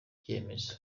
ibyemezo